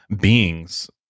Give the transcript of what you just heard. beings